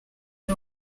ari